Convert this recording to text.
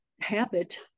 habit